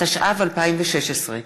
התשע"ו 2016,